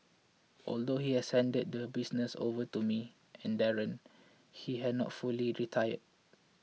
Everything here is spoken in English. although he has handed the business over to me and Darren he has not fully retired